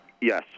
yes